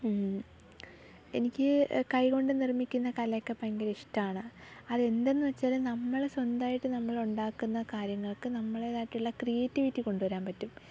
എനിക്ക് കൈ കൊണ്ട് നിർമ്മിക്കുന്ന കലയൊക്കെ ഭയങ്കര ഇഷ്ടമാണ് അതെന്തെന്ന് വെച്ചാൽ നമ്മൾ സ്വന്തമായിട്ട് നമ്മൾ ഉണ്ടാക്കുന്ന കാര്യങ്ങൾക്ക് നമ്മുടേതായിട്ടുള്ള ക്രിയേറ്റിവിറ്റി കൊണ്ടുവരാൻ പറ്റും